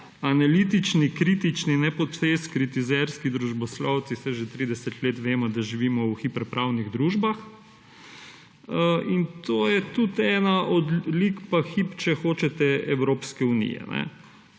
Analitični, kritični, ne počez kritizerski družboslovci, saj že 30 let vemo, da živimo v hiperpravnih družbah. In to je tudi ena od lig in hib, če hočete, Evropske unije.